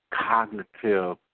cognitive